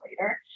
later